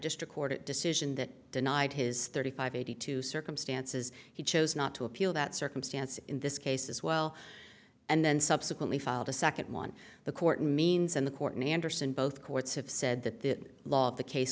district court decision that denied his thirty five eighty two circumstances he chose not to appeal that circumstance in this case as well and then subsequently filed a second one the court means and the courtney anderson both courts have said that the law of the case